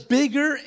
bigger